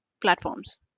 platforms